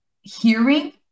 hearing